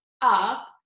up